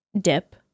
dip